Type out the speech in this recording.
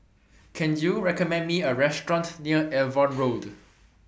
Can YOU recommend Me A Restaurant near Avon Road